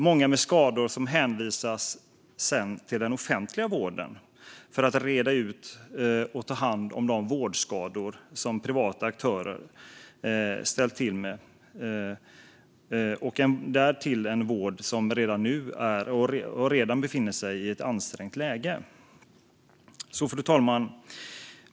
Många av skadorna hänvisas sedan till den offentliga vården, som då ska reda ut och ta hand om de vårdskador som privata aktörer ställt till med. Det är därtill en vård som redan befinner sig i ett ansträngt läge. Fru talman!